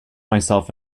myself